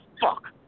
fuck